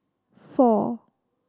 four